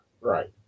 Right